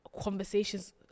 conversations